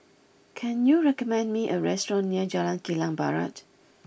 can you recommend me a restaurant near Jalan Kilang Barat